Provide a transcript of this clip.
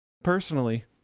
Personally